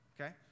Okay